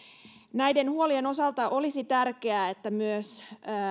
näiden huolien osalta olisi tärkeää että myös